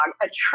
Attract